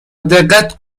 دقت